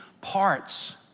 parts